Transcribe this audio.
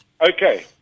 Okay